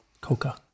coca